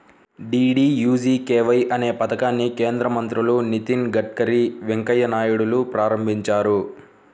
DDUGKY అనే పథకాన్ని కేంద్ర మంత్రులు నితిన్ గడ్కరీ, వెంకయ్య నాయుడులు ప్రారంభించారు